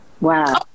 Wow